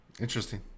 interesting